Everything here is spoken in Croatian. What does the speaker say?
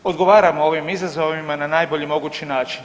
Odgovaramo ovim izazovima na najbolji mogući način.